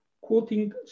quoting